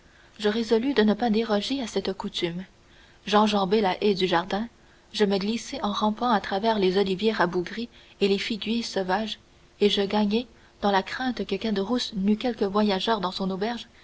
je résolus de ne pas déroger à cette coutume j'enjambai la haie du jardin je me glissai en rampant à travers les oliviers rabougris et les figuiers sauvages et je gagnai dans la crainte que caderousse n'eût quelque voyageur dans son auberge